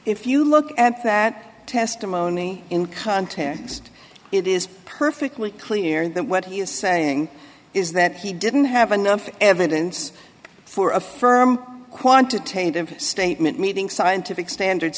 if you look at that testimony in context it is perfectly clear that what he is saying is that he didn't have enough evidence for a firm quantitative statement meeting scientific standards